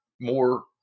more